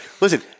Listen